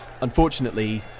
unfortunately